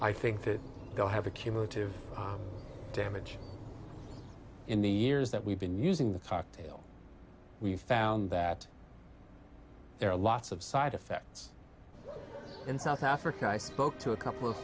i think that they'll have a cumulative damage in the years that we've been using the cocktail we found that there are lots of side effects in south africa i spoke to a couple